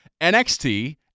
NXT